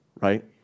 right